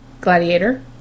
Gladiator